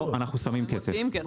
לא, אנחנו שמים כסף.